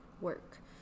work